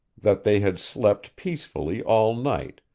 that they had slept peacefully all night,